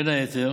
בין היתר